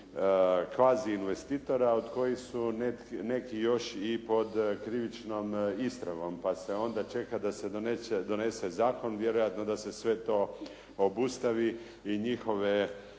kvazi investitora od kojih su neki još i pod krivičnom istragom. Pa se onda čeka da se donose zakon, vjerojatno da se sve to obustavi i njihove